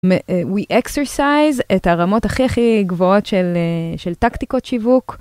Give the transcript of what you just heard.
We exercise את הרמות הכי הכי גבוהות של של טקטיקות שיווק.